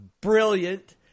brilliant